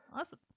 Awesome